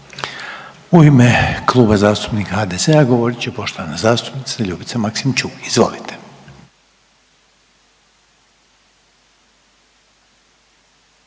u ime Kluba zastupnika SDP-a govoriti poštovana zastupnica Andreja Marić, izvolite.